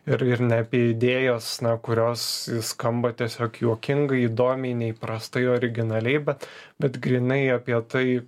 ir ir ne apie idėjas na kurios skamba tiesiog juokingai įdomiai neįprastai originaliai bet bet grynai apie tai